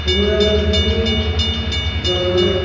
পুনরাবৃত্তি জন্মায়